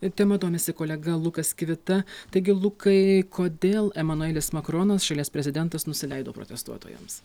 tema domisi kolega lukas kivita taigi lukai kodėl emanuelis makronas šalies prezidentas nusileido protestuotojams